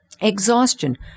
Exhaustion